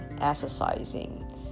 exercising